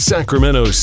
Sacramento